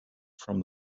from